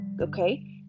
Okay